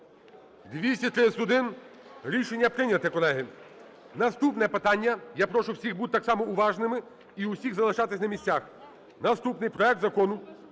За-231 Рішення прийнято, колеги. Наступне питання, я прошу всіх бути так само уважними і усіх залишатись на місцях. Наступний: проект Закону